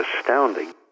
astounding